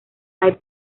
hay